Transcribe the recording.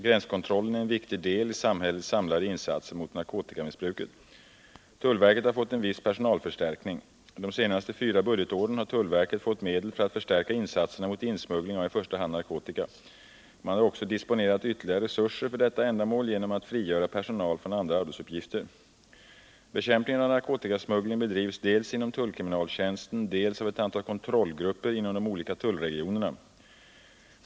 Gränskontrollen är en viktig del i samhällets samlade insatser mot narkotikamissbruket. Tullverket har fått en viss personalförstärkning. De senaste fyra budgetåren har tullverket fått medel för att förstärka insatserna mot insmugglingen avi första hand narkotika. Man har också disponerat ytterligare resurser för detta ändamål genom att frigöra personal från andra arbetsuppgifter. Bekämpningen av narkotikasmuggling bedrivs dels inom tullkriminaltjänsten, dels av ett antal kontrollgrupper inom de olika tullregionerna.